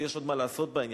ויש עוד מה לעשות בעניין,